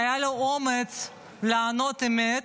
שהיה לו אומץ לענות אמת,